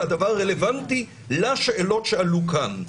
והדבר רלוונטי לשאלות שעלו כאן.